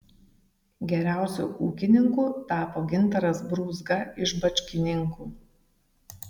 geriausiu ūkininku tapo gintaras brūzga iš bačkininkų